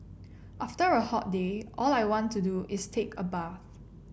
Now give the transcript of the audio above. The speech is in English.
after a hot day all I want to do is take a bath